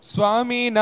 Swami